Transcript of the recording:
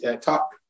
talk